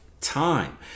time